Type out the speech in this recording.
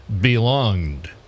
belonged